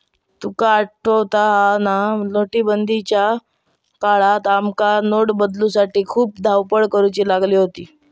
तुका आठवता हा ना, नोटबंदीच्या काळात आमका नोट बदलूसाठी खूप धावपळ करुची लागली होती